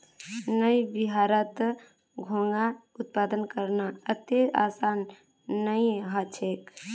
नइ बिहारत घोंघा उत्पादन करना अत्ते आसान नइ ह छेक